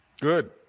Good